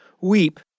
Weep